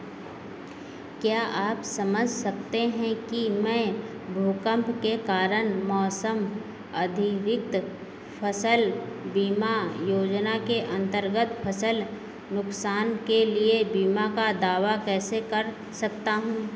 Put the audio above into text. क्या आप समझ सकते हैं कि मैं भूकंप के कारण मौसम अधिकृत फसल बीमा योजना के अंतर्गत फसल नुकसान के लिए बीमा का दावा कैसे कर सकता हूँ